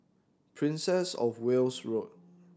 Princess Of Wales Road